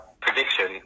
prediction